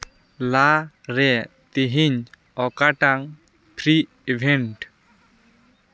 ᱞᱟ ᱨᱮ ᱛᱮᱦᱮᱧ ᱚᱠᱟᱴᱟᱝ ᱯᱷᱨᱤ ᱤᱵᱷᱮᱱᱴ